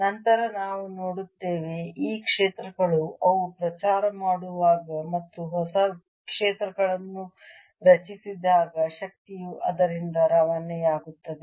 ನಂತರ ನಾವು ನೋಡುತ್ತೇವೆ ಈ ಕ್ಷೇತ್ರಗಳು ಅವು ಪ್ರಚಾರ ಮಾಡುವಾಗ ಮತ್ತು ಹೊಸ ಕ್ಷೇತ್ರಗಳನ್ನು ರಚಿಸಿದಾಗ ಶಕ್ತಿಯು ಅದರಿಂದ ರವಾನೆಯಾಗುತ್ತದೆ